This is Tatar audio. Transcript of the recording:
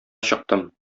чыктым